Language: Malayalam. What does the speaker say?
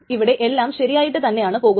ഇവിടെ എല്ലാം ശരിയായിട്ട് തന്നെയാണ് പോകുന്നത്